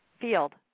field